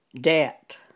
debt